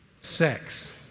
sex